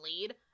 lead